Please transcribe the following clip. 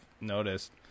noticed